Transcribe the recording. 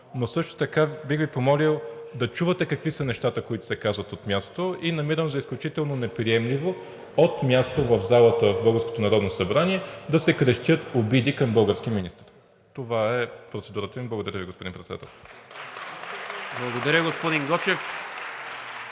но също така бих Ви помолил да чувате какви са нещата, които се казват от място. Намирам за изключително неприемливо от място в залата в българското Народно събрание да се крещят обиди към български министър. Това е процедурата ми. Благодаря Ви, господин Председател.